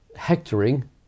Hectoring